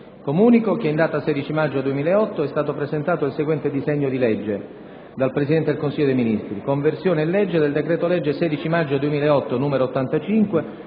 Comunico che, in data 16 maggio 2008, è stato presentato il seguente disegno di legge: *dal Presidente del Consiglio dei ministri:* «Conversione in legge del decreto-legge 16 maggio 2008, n. 85,